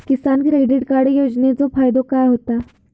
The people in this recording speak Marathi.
किसान क्रेडिट कार्ड योजनेचो फायदो काय होता?